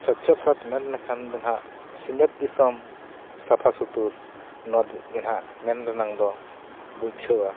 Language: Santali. ᱥᱚᱪᱪᱷᱚ ᱵᱷᱟᱨᱚᱛ ᱢᱮᱱ ᱞᱮᱠᱷᱟᱱ ᱫᱚ ᱱᱟᱦᱟᱜ ᱥᱤᱧᱚᱛ ᱫᱤᱥᱚᱢ ᱥᱟᱯᱷᱟᱼᱥᱩᱛᱩᱨ ᱱᱚᱣᱟ ᱜᱮ ᱱᱟᱦᱟᱜ ᱢᱮᱱ ᱨᱮᱱᱟᱜ ᱫᱚ ᱵᱩᱡᱷᱟᱹᱣᱟ